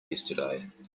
yesterday